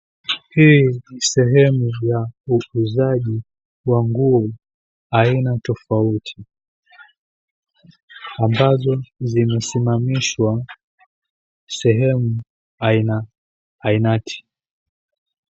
Hi ni sehemu ya uzaji wa nguo aina tofauti, ambazo zimesimamishwa sehemu aina ainati.